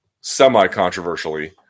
semi-controversially